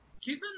Given